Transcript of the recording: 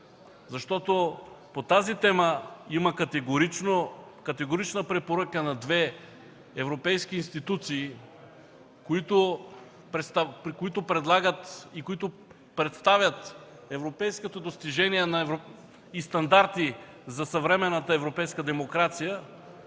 По тази тема има категорична препоръка на две европейски институции, които предлагат и представят европейските достижения и стандарти за съвременната европейска демокрация.